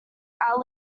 are